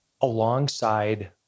alongside